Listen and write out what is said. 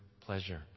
pleasure